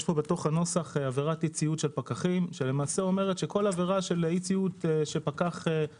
יש פה בנוסח עבירת אי-ציות של פקחים שאומרת שכל אי-ציות לתמרור,